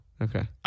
Okay